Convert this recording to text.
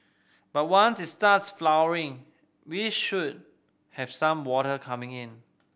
but once it starts flowering we should have some water coming in